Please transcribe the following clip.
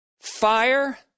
fire